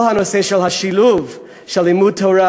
כל הנושא של שילוב לימוד תורה